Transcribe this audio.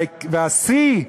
והשיא,